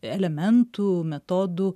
elementų metodų